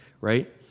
right